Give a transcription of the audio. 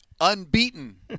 unbeaten